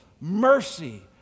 mercy